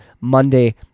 Monday